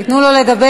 תנו לו לדבר.